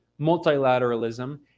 multilateralism